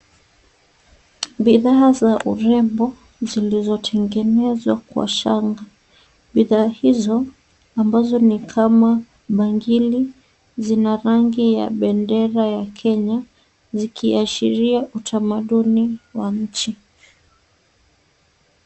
Bidhaa za urembo, zilizotengenezwa kwa shanga. Bidhaa hizo ambazo ni kama bangili, zina rangi ya bendera ya kenya ,zikiashiria utamaduni wa inchi.